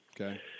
okay